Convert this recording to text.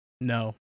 No